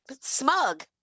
smug